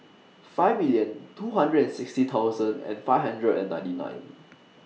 five million two hundred and sixty thousand and five hundred and ninety nine